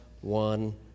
one